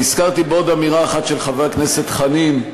נזכרתי בעוד אמירה אחת של חבר הכנסת חנין,